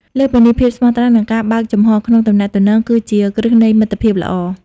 លើសពីនេះ ភាពស្មោះត្រង់ និងការបើកចំហរក្នុងការទំនាក់ទំនង គឺជាគ្រឹះនៃមិត្តភាពល្អ។